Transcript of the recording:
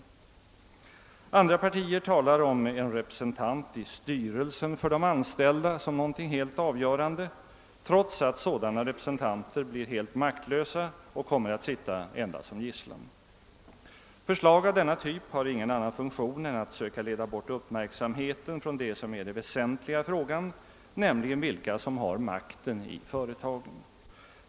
Inom andra partier talar man om en representant i styrelsen för de anställda som något avgörande, trots att sådana representanter blir helt maktlösa och kommer att fungera endast som gisslan. Förslag av denna typ har ingen annan funktion än att söka leda bort uppmärksamheten från det som är det väsentliga i frågan, nämligen vilka som har makten i företagen.